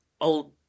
old